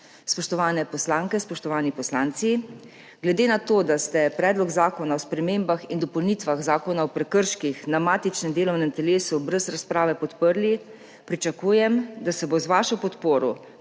Spoštovane poslanke, spoštovani poslanci! Glede na to, da ste Predlog zakona o spremembah in dopolnitvah Zakona o prekrških na matičnem delovnem telesu brez razprave podprli, pričakujem, da se bo z vašo podporo